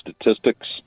statistics